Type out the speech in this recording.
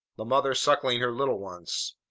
the mother suckling her little ones,